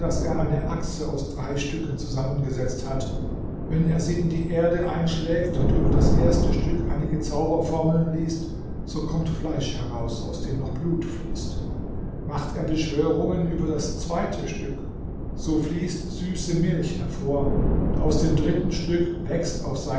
eine achse aus drei stücken zusammengesetzt hat wenn er sie in die erde einschlägt und über das erste stück einige zauberformeln liest so kommt fleisch heraus aus dem noch blut fließt macht er beschwörungen über das zweite stück so fließt süße milch hervor und aus dem dritten stück wächst auf